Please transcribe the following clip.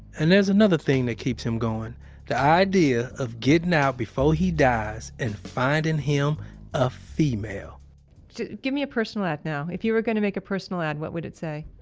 and there's another thing that keeps him going the idea of getting out before he dies and finding him a female give me a personal ad, now. if you were going to make a personal ad, what would it say?